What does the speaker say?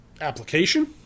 application